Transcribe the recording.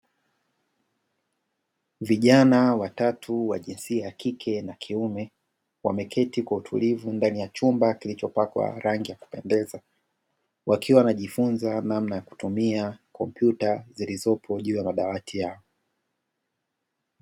Vijana watatu wa jinsia ya kike na kiume wameketi kwa utulivu ndani ya chumba kilichopakwa rangi ya kupendeza, wakiwa wanajifunza namna ya kutumia kompyuta zilizopo juu ya madawati yao.